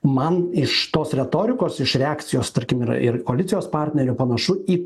man iš tos retorikos iš reakcijos tarkim yra ir koalicijos partnerių panašu į